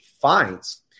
fines